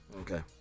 okay